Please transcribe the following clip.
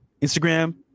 instagram